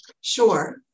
Sure